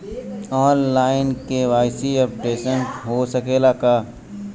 आन line KYC updation हो सकेला का?